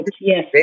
Yes